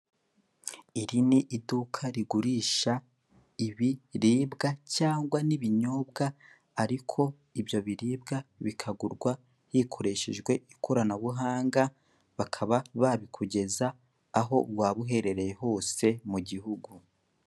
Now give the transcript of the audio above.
Iri ni iduka rigurisha ibiribwa cyangwa n'ibinyobwa ariko ibyo biribwa bikagurwa hikoreshejwe ikoranabuhanga bakaba babikugeza aho waba uherereye hose mu gihugu.